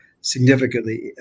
significantly